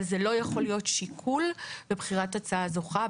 זה לא יכול להיות שיקול בבחירת הצעה זוכה,